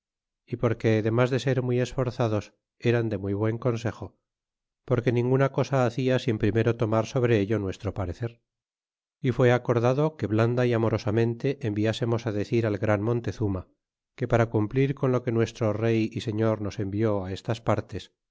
y porque demas de ser muy esforzados eran de buen consejo porque ninguna cosa hacia sin primero tomar sobre ello nuestro parecer y fué acordado que blanda y amorosamente enviásemos á decir al gran montezuma que para cumplir con lo que nuestro rey y señor nos envió estas partes